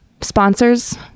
sponsors